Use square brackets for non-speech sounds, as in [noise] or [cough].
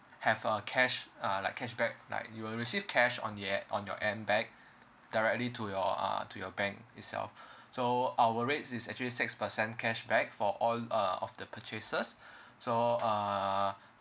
have a cash uh like cashback right you will receive cash on the a~ on your ambank directly to your uh to your bank itself [breath] so uh our rates is actually six percent cashback for all uh of the purchases [breath] so uh